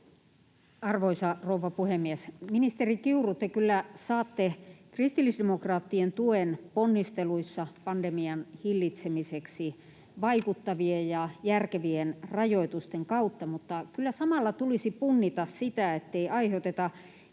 Arvoisa rouva puhemies! Ministeri Kiuru, te kyllä saatte kristillisdemokraattien tuen ponnisteluissa pandemian hillitsemiseksi vaikuttavien ja järkevien rajoitusten kautta, mutta kyllä samalla tulisi punnita sitä, ettei aiheuteta